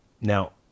Now